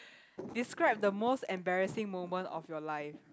describe the most embarrassing moment of your life